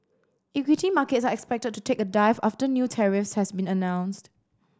equity markets are expected to take a dive after new tariffs has been announced